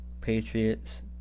Patriots